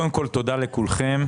קודם כול, תודה לכולכם.